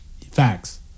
Facts